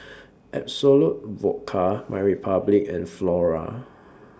Absolut Vodka MyRepublic and Flora